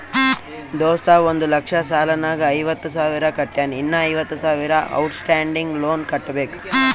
ದೋಸ್ತ ಒಂದ್ ಲಕ್ಷ ಸಾಲ ನಾಗ್ ಐವತ್ತ ಸಾವಿರ ಕಟ್ಯಾನ್ ಇನ್ನಾ ಐವತ್ತ ಸಾವಿರ ಔಟ್ ಸ್ಟ್ಯಾಂಡಿಂಗ್ ಲೋನ್ ಕಟ್ಟಬೇಕ್